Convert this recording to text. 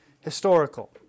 historical